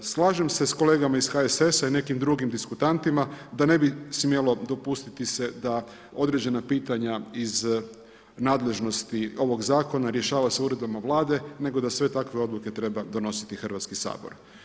Slažem se s kolegama iz HSS-a i nekim drugim diskutantima, da ne bi smjelo dopustiti se da određena pitanja iz nadležnosti ovog zakona rješava se uredbama Vlade nego da sve takve odluke treba donositi Hrvatski sabor.